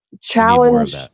challenge